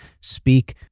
speak